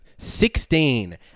Sixteen